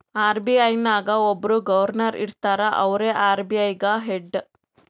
RBI ನಾಗ್ ಒಬ್ಬುರ್ governor ಇರ್ತಾರ ಅವ್ರೇ ಆರ್.ಬಿ.ಐ ಗ ಹೆಡ್